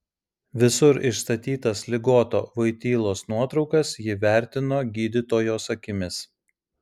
visur išstatytas ligoto voitylos nuotraukas ji vertino gydytojos akimis